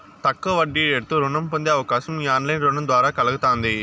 తక్కువ వడ్డీరేటుతో రుణం పొందే అవకాశం ఈ ఆన్లైన్ రుణం ద్వారా కల్గతాంది